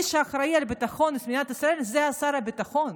מי שאחראי על ביטחון במדינת ישראל זה שר הביטחון.